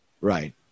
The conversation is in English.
Right